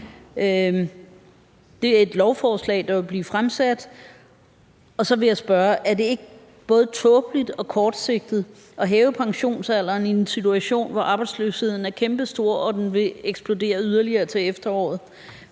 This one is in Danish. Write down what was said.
Det er et lovforslag, der vil blive fremsat, og så vil jeg spørge: Er det ikke både tåbeligt og kortsigtet at hæve pensionsalderen i en situation, hvor arbejdsløsheden er kæmpestor og vil eksplodere yderligere til efteråret?